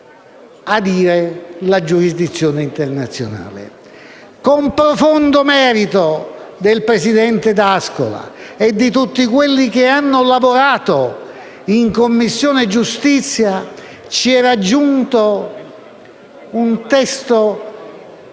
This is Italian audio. adire la giurisdizione internazionale. Con profondo merito del presidente D'Ascola e di tutti quelli che hanno lavorato in Commissione giustizia ci era giunto un testo